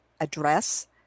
address